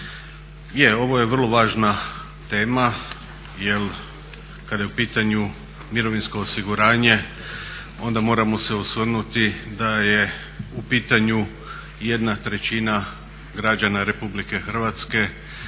ovo je vrlo važna tema jer kada je u pitanju mirovinsko osiguranje onda moramo se osvrnuti da je u pitanju jedna trećina građana RH jer to